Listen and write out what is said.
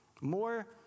more